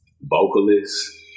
Vocalist